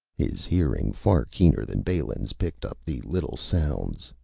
his hearing, far keener than balin's, picked up the little sounds,